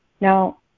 Now